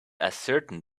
ascertain